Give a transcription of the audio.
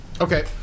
Okay